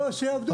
לא, שיעבדו.